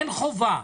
אין חובה?